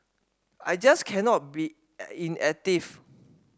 I just cannot be inactive